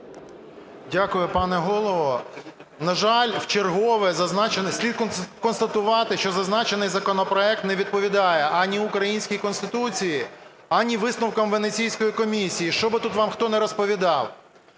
Дякую, пане Голово. На жаль, вчергове слід констатувати, що зазначений законопроект не відповідає ані українській Конституції, ані висновкам Венеційської комісії, що би тут вам хто не розповідав.